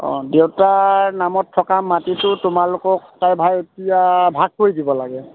অঁ দেউতাৰ নামত থকা মাটিটো তোমালোকৰ ককাই ভাই এতিয়া ভাগ কৰি দিব লাগে